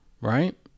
right